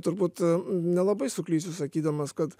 turbūt nelabai suklysiu sakydamas kad